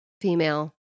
female